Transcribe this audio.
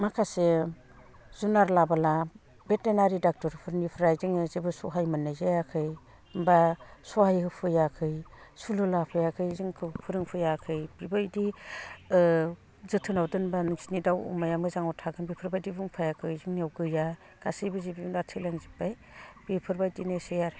माखासे जुनार लाबोला भेटेनारि डक्ट'रफोरनिफ्राय जोङो जेबो सहाय मोननाय जायाखै बा सहाय होफैयाखै सुलु लाफैयाखै जोंखौ फोरोंफैयाखै बेबायदि जोथोनाव दोनबा नोंसोरनि दाउ अमाया मोजाङाव थागोन बेफोरबायदि बुंफायाखै जोंनियाव गैया गासैबो जिब जुनार थैलांजोब्बाय बेफोरबायदिनोसै आरो